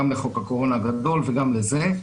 גם לחוק הקורונה הגדול וגם לזה.